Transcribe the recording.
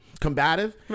combative